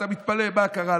אתה מתפלא מה קרה,